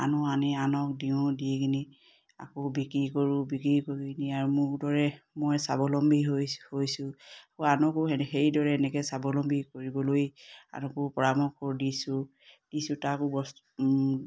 আনো আনি আনক দিওঁ দি কিনি আকৌ বিক্ৰী কৰোঁ বিক্ৰী কৰিনি আৰু মোৰ দৰে মই স্বাৱলম্বী হৈ হৈছোঁ আকৌ আনকো সেইদৰে এনেকে স্বাৱলম্বী কৰিবলৈ আনকো পৰামৰ্শ দিছোঁ দিছোঁ তাকো